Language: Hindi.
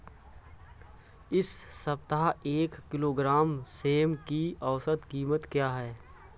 इस सप्ताह एक किलोग्राम सेम की औसत कीमत क्या है?